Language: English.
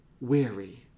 weary